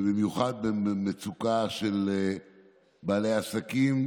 ובמיוחד במצוקה של בעלי העסקים,